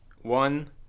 one